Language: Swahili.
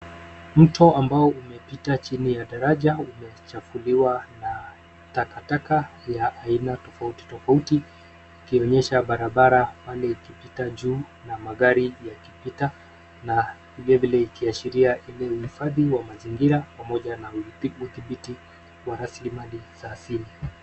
Mto ambao umepita chini ya daraja ,umechafuliwa na takataka ya aina tofauti tofauti ikionyesha barabara pale ikipita juu, na magari yakipita na vile vile Ikiashiria ile uhifadhi wa mazingira pamoja na udhibiti wa raslimali za asili.